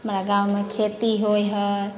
हमरा गाममे खेती होइ हइ